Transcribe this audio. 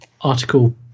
article